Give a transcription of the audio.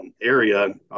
area